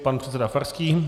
Pan předseda Farský.